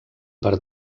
per